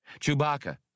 Chewbacca